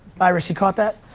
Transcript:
iris, you caught that?